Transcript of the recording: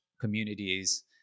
communities